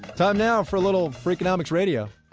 time now for a little freakonomics radio.